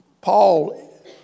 Paul